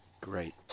Great